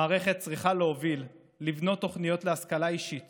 המערכת צריכה להוביל, לבנות תוכניות להשכלה אישית